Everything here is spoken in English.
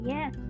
Yes